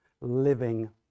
living